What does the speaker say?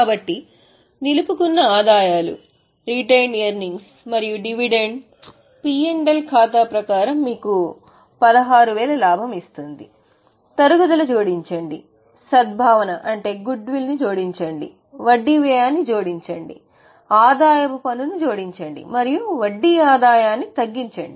కాబట్టి నిలుపుకున్న ఆదాయాలు మరియు డివిడెండ్ పి ఎల్ ఖాతా ప్రకారం మీకు 16000 లాభం ఇస్తుంది తరుగుదల జోడించండి సద్భావనను అంటే గుడ్ విల్ జోడించండి వడ్డీ వ్యయాన్ని జోడించండి ఆదాయపు పన్నును జోడించండి మరియు వడ్డీ ఆదాయాన్ని తగ్గించండి